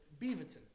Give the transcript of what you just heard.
Beaverton